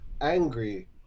angry